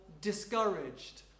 discouraged